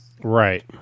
Right